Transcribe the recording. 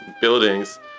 buildings